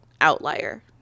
outlier